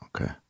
Okay